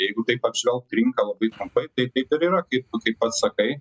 jeigu taip apžvelgt rinką labai trumpai tai taip ir yra kaip kaip pats sakai